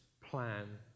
plan